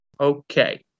Okay